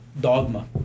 dogma